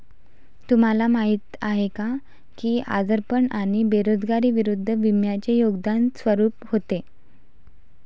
तुम्हाला माहीत आहे का की आजारपण आणि बेरोजगारी विरुद्ध विम्याचे योगदान स्वरूप होते?